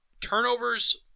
Turnovers